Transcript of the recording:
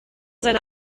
seine